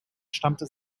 stammte